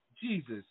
Jesus